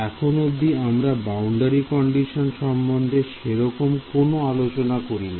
এখন পর্যন্ত আমরা বাউন্ডারি কন্ডিশন সম্বন্ধে সেরকম কোনো আলোচনা করিনি